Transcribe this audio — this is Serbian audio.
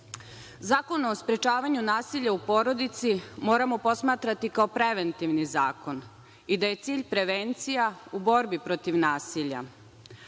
o sprečavanju nasilja u porodici moramo posmatrati kao preventivni zakon i da je cilj prevencija u borbi protiv nasilja.